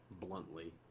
bluntly